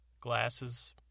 glasses